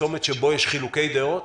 בצומת זה, כשי חילוקי דעות